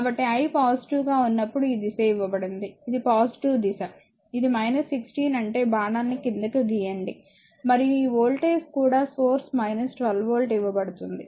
కాబట్టి I పాజిటివ్గా ఉన్నప్పుడు ఈ దిశ ఇవ్వబడింది ఇది పాజిటివ్ దిశ ఇది 16 అంటే బాణాన్ని క్రిందికి గీయండి మరియు ఈ వోల్టేజ్ కూడా సోర్స్ 12 వోల్ట్ ఇవ్వబడుతుంది